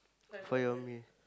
for your meal